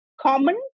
common